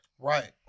Right